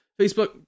Facebook